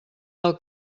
del